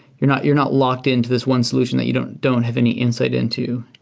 you're not you're not locked-in to this one solution that you don't don't have any insight into.